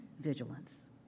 vigilance